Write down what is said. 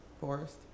Forest